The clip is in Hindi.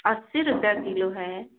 अस्सी रूपये किलो है